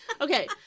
Okay